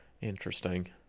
Interesting